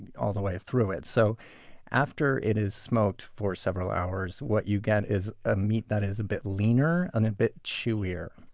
and all the way through it. so after it is smoked for several hours, what you get is a meat that is a bit leaner and a bit chewier.